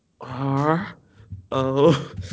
R-O